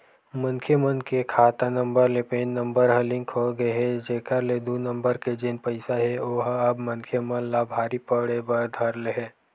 मनखे मन के खाता नंबर ले पेन नंबर ह लिंक होगे हे जेखर ले दू नंबर के जेन पइसा हे ओहा अब मनखे मन ला भारी पड़े बर धर ले हे